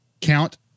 Count